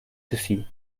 sushi